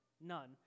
None